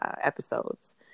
episodes